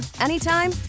anytime